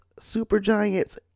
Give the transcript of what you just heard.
supergiants